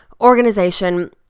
organization